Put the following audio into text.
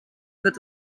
wird